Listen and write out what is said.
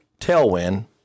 tailwind